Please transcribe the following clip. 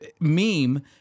meme